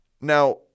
Now